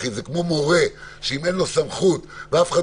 זה כמו מורה שאם אין לו סמכות ואף אחד